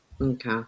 Okay